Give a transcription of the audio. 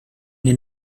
den